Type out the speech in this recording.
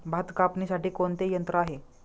भात कापणीसाठी कोणते यंत्र आहे?